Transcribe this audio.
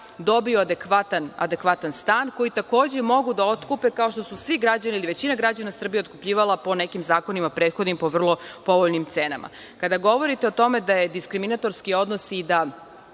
dobiju adekvatan stan, koji takođe mogu da otkupe, kao što su svi građani ili većina građana Srbije otkupljivala po nekim zakonima prethodnim po vrlo povoljnim cenama. Kada govorite o tome da je diskriminatorski odnos i da